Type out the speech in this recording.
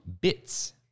Bits